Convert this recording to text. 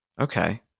Okay